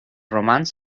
romans